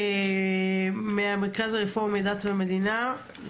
המרכז הרפורמי דת ומדינה,